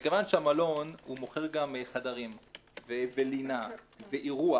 מכיוון שהמלון מוכר גם חדרים ולינה ואירוח,